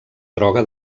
droga